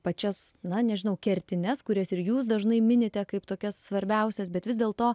pačias na nežinau kertines kurias ir jūs dažnai minite kaip tokias svarbiausias bet vis dėlto